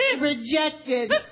rejected